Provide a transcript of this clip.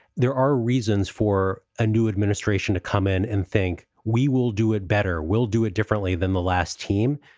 there are reasons for a new administration to come in and think we will do it better, we'll do it differently than the last team.